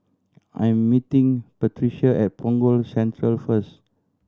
I am meeting Patrica at Punggol Central first